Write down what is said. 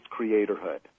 creatorhood